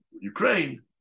Ukraine